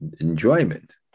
enjoyment